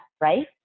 right